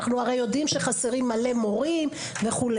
אנחנו הרי יודעים שחסרים מלא מורים וכו'.